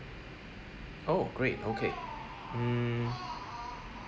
oh great okay mm